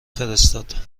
فرستاد